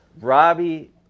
Robbie –